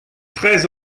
treize